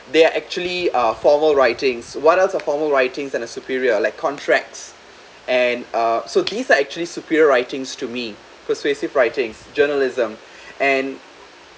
they are actually uh formal writings what else a formal writings and a superior like contracts and uh so these are actually superior writings to me persuasive writing journalism and